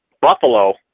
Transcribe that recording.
Buffalo